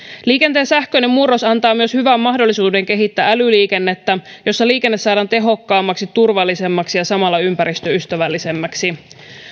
liikenteen sähköinen murros antaa myös hyvän mahdollisuuden kehittää älyliikennettä jossa liikenne saadaan tehokkaammaksi turvallisemmaksi ja samalla ympäristöystävällisemmäksi